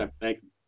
Thanks